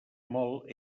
molt